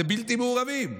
אלה בלתי מעורבים.